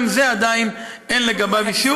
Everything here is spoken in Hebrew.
גם לגבי זה עדיין אין אישור.